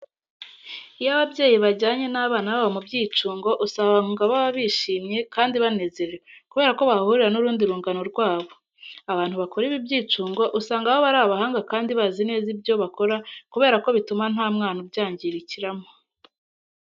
Iyo ababyeyi bajyanye n'abana babo mu byicungo usanga baba bishimwe kandi banezerewe kubera ko bahahurira n'urundi rungano rwabo. Abantu bakora ibi byicungo usanga baba ari abahanga kandi bazi neza ibyo bakora kubera ko bituma nta mwana ubyangirikiramo.